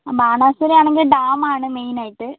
ബാണാസുര ആണെങ്കിൽ ഡാമാണ് മെയിനായിട്ട്